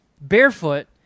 barefoot